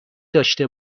داشته